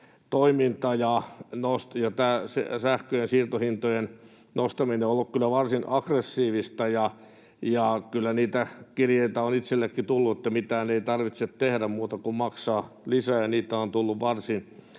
toiminta ja tämä sähkön siirtohintojen nostaminen on ollut kyllä varsin aggressiivista, ja kyllä niitä kirjeitä on itsellenikin tullut, että mitään ei tarvitse tehdä muuta kuin maksaa lisää, ja niitä on tullut varsin